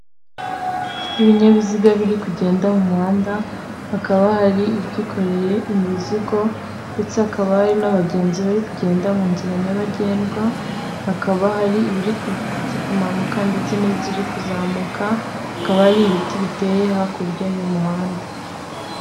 Ibinyabiziga biri kugenda mu muhanda, hakaba hari ibyikoreye imizigo ndetse hakaba hari n'abagenzi bari kugenda mu nzira nyabagendwa, hakaba hari ibiri kumanuka ndetse n'iziri kuzamuka, hakaba hari ibiti biteye hakurya y'umuhanda.